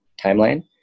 timeline